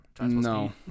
No